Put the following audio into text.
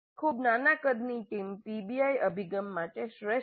ખૂબ નાના કદ ની ટીમ પીબીઆઈ અભિગમ માટે શ્રેષ્ઠ છે